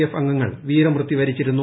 F അംഗങ്ങൾ വീരമൃത്യൂ വരിച്ചിരുന്നു